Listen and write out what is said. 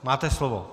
Máte slovo.